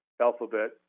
Alphabet